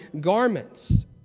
garments